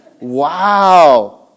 Wow